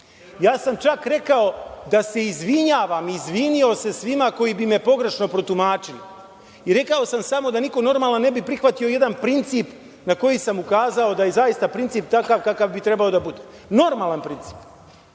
Ja sam čak rekao da se izvinjavam i izvinio sam se svima koji bi me pogrešno protumačili i rekao sam samo da niko normalan ne bi prihvatio jedan princip na koji sam ukazao, da je zaista princip takav kakav bi trebalo da bude, normalan princip.